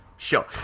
Sure